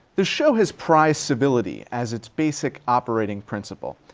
this show has prized civility as its basic operating principle.